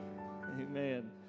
Amen